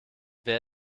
wer